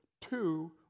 two